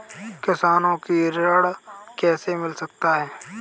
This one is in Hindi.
किसानों को ऋण कैसे मिल सकता है?